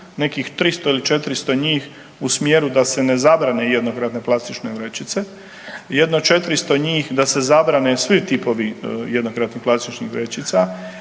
nekih 300 ili 400 njih u smjeru da se ne zabrane jednokratne plastične vrećice, jedno 400 njih da se zabrane svi tipovi jednokratnih plastičnih vrećica,